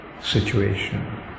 situation